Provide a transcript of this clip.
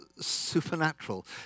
supernatural